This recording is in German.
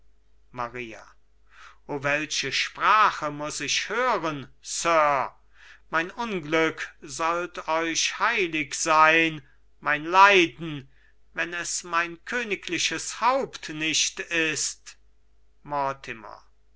maria o welche sprache muß ich hören sir mein unglück sollt euch heilig sein mein leiden wenn es mein königliches haupt nicht ist